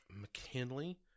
McKinley